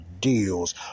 deals